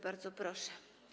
Bardzo proszę.